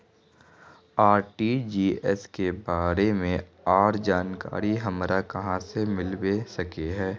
RTGS के बारे में आर जानकारी हमरा कहाँ से मिलबे सके है?